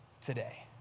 today